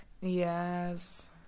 Yes